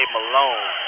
Malone